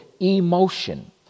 emotion